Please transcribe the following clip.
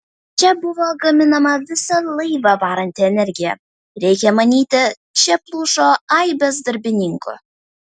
čia buvo gaminama visą laivą varanti energija reikia manyti čia plušo aibės darbininkų